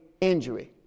injury